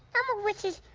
wishes.